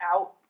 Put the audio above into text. out